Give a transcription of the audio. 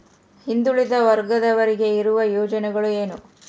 ಹಿಂದುಳಿದ ವರ್ಗದವರಿಗೆ ಇರುವ ಯೋಜನೆಗಳು ಏನು?